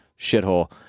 shithole